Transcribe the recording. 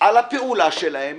על הפעולה שלהם